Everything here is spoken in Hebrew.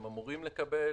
הם אמורים לקבל.